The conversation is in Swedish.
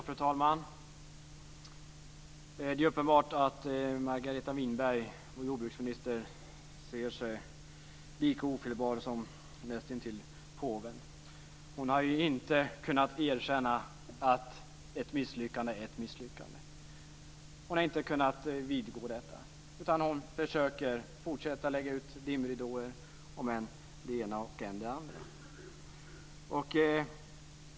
Fru talman! Det är uppenbart att Margareta Winberg, vår jordbruksminister, ser sig lika ofelbar som näst intill påven. Hon har inte kunnat erkänna att ett misslyckande är ett misslyckande. Hon har inte kunnat vidgå detta, utan hon försöker fortsätta att lägga ut dimridåer om än det ena, än det andra.